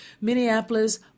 Minneapolis